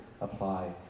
apply